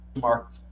mark